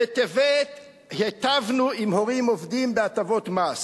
בטבת היטבנו עם הורים עובדים בהטבות מס,